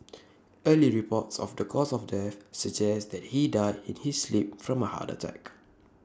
early reports of the cause of death suggests that he died in his sleep from A heart attack